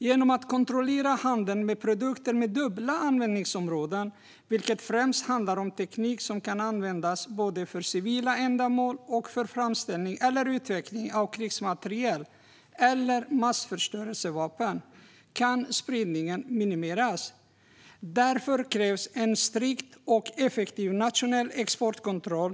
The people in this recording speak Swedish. Genom att kontrollera handeln med produkter med dubbla användningsområden - det handlar främst om teknik som kan användas både för civila ändamål och för framställning eller utveckling av krigsmateriel eller massförstörelsevapen - kan spridningen minimeras. Därför krävs en strikt och effektiv nationell exportkontroll.